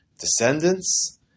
descendants